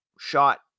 shot